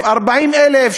40,000,